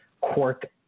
Quark